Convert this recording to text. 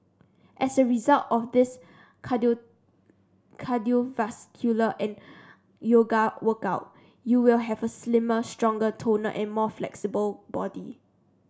as a result of this cardiovascular and yoga workout you will have a slimmer stronger toner and more flexible body